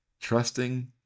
trusting